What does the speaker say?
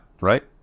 right